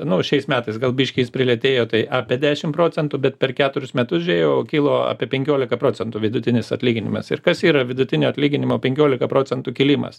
nu šiais metais gal biškį jis priartėjo tai apie dešim procentų bet per keturis metus žėjau kilo apie penkiolika procentų vidutinis atlyginimas ir kas yra vidutinio atlyginimo penkiolika procentų kilimas